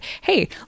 hey